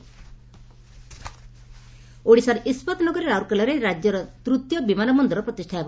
ବିମାନ ସେବା ଓଡ଼ିଶାର ଇସ୍ବାତ ନଗରୀ ରାଉରକେଲାରେ ରାଜ୍ୟର ତୂତୀୟ ବିମାନ ବନ୍ଦର ପ୍ରତିଷା ହେବ